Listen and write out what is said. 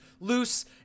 loose